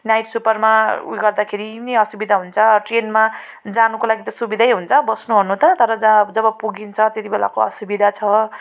night सुपरमा उयो गर्दाखेरि नि असुविधा हुन्छ अब ट्रेनमा जानुको लागि त सुविधै हुन्छ बस्नु ओर्नु त तर जब पुगिन्छ त्यति बेलाको असुविधा छ